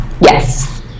yes